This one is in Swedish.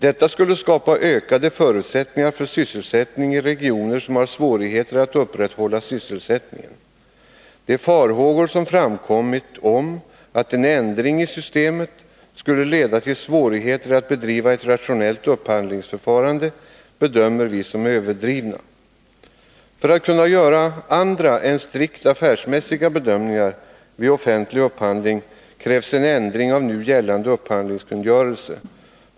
Detta skulle skapa ökade förutsättningar för sysselsättning i regioner som har svårigheter att upprätthålla sysselsättningen. De farhågor som framkommit om att en ändring i systemet skulle leda till svårigheter att bedriva ett rationellt upphandlingsförfarande bedömer vi som överdrivna. För att kunna göra andra än strikt affärsmässiga bedömningar vid offentlig upphandling krävs en ändring av nu gällande upphandlingkungörelse.